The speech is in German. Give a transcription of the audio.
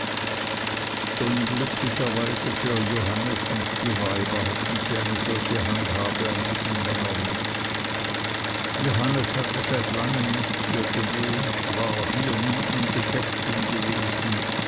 unglücklicherweise für johannes und die weiber hatten sie eine solche handhabe an diesen männern nicht johannes hatte seit langem nicht hier gewohnt war hier nie in geschäften gewesen